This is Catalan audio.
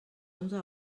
onze